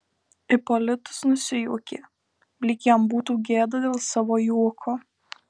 ipolitas nusijuokė lyg jam būtų gėda dėl savo juoko